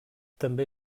també